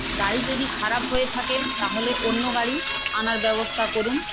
গাড়ি যদি খারাপ হয়ে থাকে তাহলে অন্য গাড়ি আনার ব্যবস্থা করুন